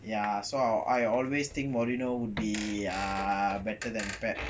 ya so I always think mourinho would be a better than pep